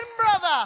brother